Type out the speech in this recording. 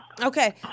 Okay